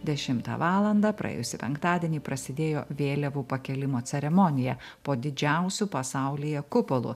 dešimtą valandą praėjusį penktadienį prasidėjo vėliavų pakėlimo ceremonija po didžiausiu pasaulyje kupolu